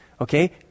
Okay